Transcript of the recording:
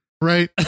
right